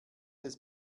des